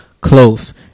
close